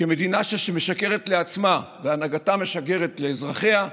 כי מדינה שמשקרת לעצמה ושהנהגתה משקרת לאזרחיה,